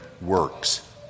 works